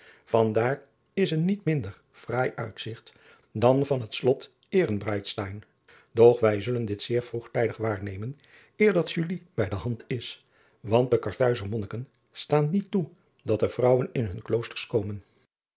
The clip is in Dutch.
van daar is een niet minder fraai uitzigt dan van het lot hrenbreitstein och wij zullen dit zeer vroegtijdig waarnemen eer dat bij de hand is want de arthuizer onniken staan niet toe dat er vrouwen in hun looster komen